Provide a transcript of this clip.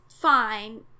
fine